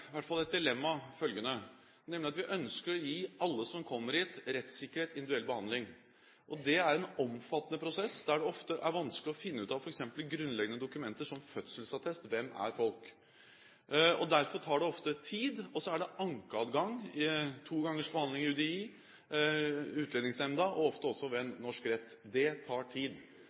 dilemma, nemlig følgende: Vi ønsker å gi alle som kommer hit, rettssikkerhet og individuell behandling. Det er en omfattende prosess, der det ofte er vanskelig å finne ut av f.eks. grunnleggende dokumenter som fødselsattest – hvem er folk? Derfor tar det ofte tid. Så er det ankeadgang – to gangers behandling i UDI, i Utlendingsnemnda og ofte også ved en norsk rett. Det tar tid.